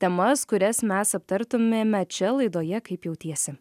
temas kurias mes aptartumėme čia laidoje kaip jautiesi